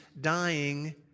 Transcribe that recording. dying